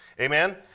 Amen